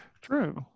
True